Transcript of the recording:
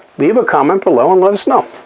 leave a comment below and let us know.